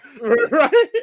Right